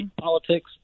politics